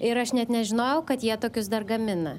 ir aš net nežinojau kad jie tokius dar gamina